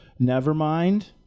Nevermind